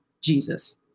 Jesus